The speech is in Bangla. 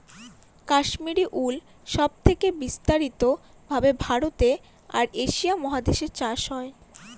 কাশ্মিরী উল সব থেকে বিস্তারিত ভাবে ভারতে আর এশিয়া মহাদেশে চাষ করা হয়